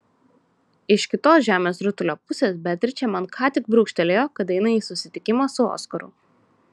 iš kitos žemės rutulio pusės beatričė man ką tik brūkštelėjo kad eina į susitikimą su oskaru